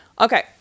Okay